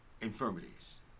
infirmities